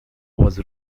was